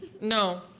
No